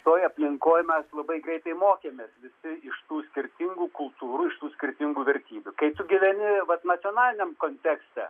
toj aplinkoj mes labai greitai mokėmės visi iš tų skirtingų kultūrų skirtingų vertybių kai tu gyveni vat nacionaliniam kontekste